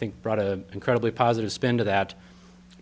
think brought a incredibly positive spin to that